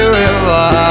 river